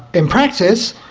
in practice,